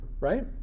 right